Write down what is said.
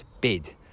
bid